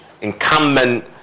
incumbent